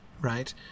right